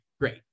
Great